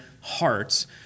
hearts